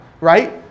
right